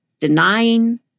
Denying